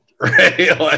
right